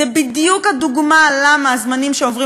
זו בדיוק הדוגמה למה הזמנים שעוברים